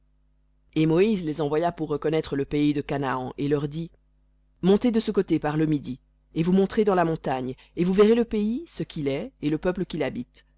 et moïse les envoya pour reconnaître le pays de canaan et leur dit montez de ce côté par le midi et vous monterez la montagne et vous verrez le pays ce qu'il est et le peuple qui l'habite